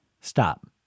Stop